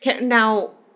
Now